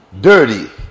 dirty